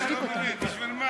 תשתיק אותם.